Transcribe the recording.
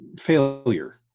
failure